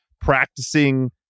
practicing